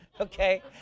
okay